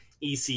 EC